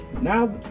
Now